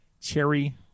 cherry